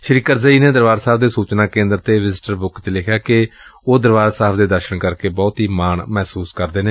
ਸ੍ਰੀ ਕਰਜ਼ਈ ਨੇ ਦਰਬਾਰ ਸਾਹਿਬ ਦੇ ਸੁਚਨਾ ਕੇਂਦਰ ਤੇ ਵਿਜ਼ਟਰ ਬੁੱਕ ਚ ਲਿਖਿਆ ਕਿ ਉਹ ਦਰਬਾਰ ਸਾਹਿਬ ਦੇ ਦਰਸ਼ਨ ਕਰਕੇ ਬਹੁਤ ਹੀ ਮਾਣ ਮਹਿਸੁਸ ਕਰ ਰਹੇ ਨੇ